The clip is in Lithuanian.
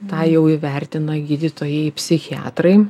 tą jau įvertina gydytojai psichiatrai